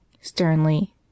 sternly